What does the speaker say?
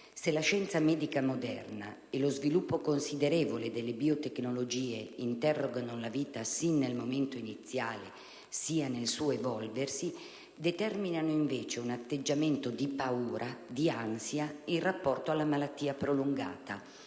Se la scienza medica moderna e lo sviluppo considerevole delle biotecnologie interrogano la vita sia nel momento iniziale sia nel suo evolversi, determinano invece un atteggiamento di paura e di ansia in rapporto alla malattia prolungata,